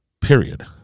period